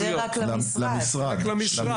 למשרד.